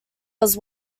was